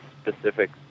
specific